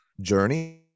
journey